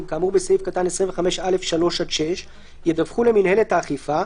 כאמור בסעיף קטן 25(א)(3) עד (6) ידווחו למינהלת האכיפה,